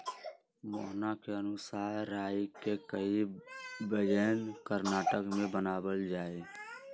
मोहना के अनुसार राई के कई व्यंजन कर्नाटक में बनावल जाहई